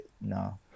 No